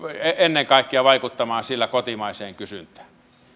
ennen kaikkea vaikuttamaan sillä kotimaiseen kysyntään